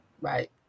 Right